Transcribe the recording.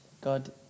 god